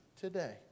today